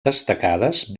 destacades